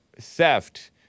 theft